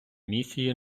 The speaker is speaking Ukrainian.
місії